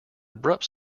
abrupt